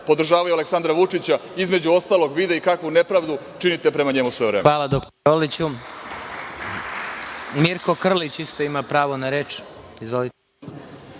podržavaju Aleksandra Vučića, između ostalog, vide i kakvu nepravdu činite prema njemu sve vreme. **Vladimir